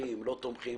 תומכים ומתנגדים